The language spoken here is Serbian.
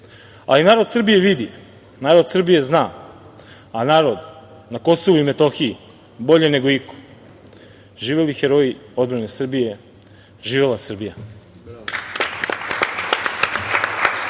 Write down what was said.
SNS.Narod Srbije vidi, narod Srbije zna, a narod na KiM bolje nego iko. Živeli heroji odbrane Srbije. Živela Srbija.